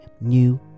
new